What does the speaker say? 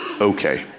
okay